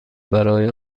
برای